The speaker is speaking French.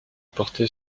porte